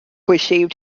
received